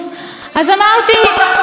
אה, אז לא מאשימים אותי בחוסר נימוס.